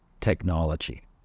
technology